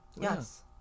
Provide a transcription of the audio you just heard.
yes